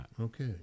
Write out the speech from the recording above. Okay